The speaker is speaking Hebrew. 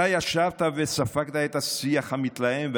אתה ישבת וספגת את השיח המתלהם,